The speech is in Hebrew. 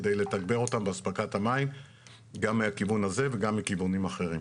על מנת לתגבר אותם באספקת המים גם מהכיוון הזה וגם מכיוונים אחרים.